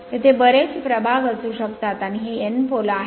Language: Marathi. तेथे बरेच प्रभाग असू शकतात आणि हे N pole आहे